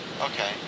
Okay